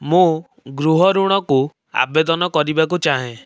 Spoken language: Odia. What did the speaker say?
ମୁଁ ଗୃହ ଋଣକୁ ଆବେଦନ କରିବାକୁ ଚାହେଁ